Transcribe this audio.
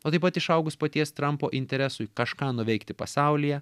o taip pat išaugus paties trampo interesui kažką nuveikti pasaulyje